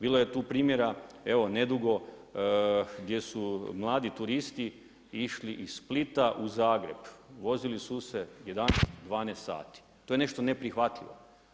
Bilo je tu primjera evo nedugo gdje su mladi turisti išli iz Splita u Zagreb, vozili su se 11, 12 sati, to je nešto neprihvatljivo.